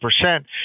percent